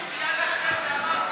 אז מייד אחרי זה אמרתי: